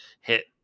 hit